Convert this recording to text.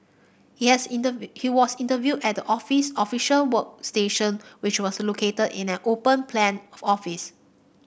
he has he was interviewed at the office official workstation which was located in an open plan office